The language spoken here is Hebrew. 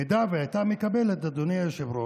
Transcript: אם היא הייתה מקבלת, אדוני היושב-ראש,